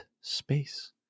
space